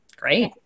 Great